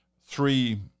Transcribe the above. three